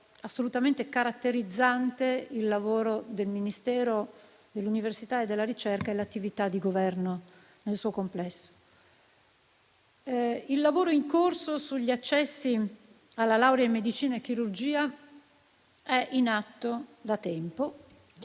assolutamente caratterizzante il lavoro del Ministero dell'università e della ricerca e l'attività del Governo nel suo complesso. Il lavoro in corso sugli accessi alla laurea in medicina e chirurgia è in atto da tempo